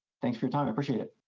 thanks for your time, i appreciate it.